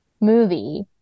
movie